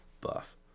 buff